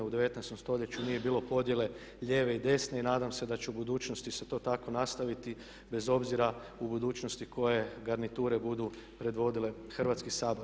U 19 st. nije bilo podjele lijeve i desne i nadam se da će u budućnosti se to tako nastaviti bez obzira u budućnosti koje garniture budu predvodile Hrvatski sabor.